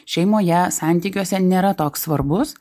šeimoje santykiuose nėra toks svarbus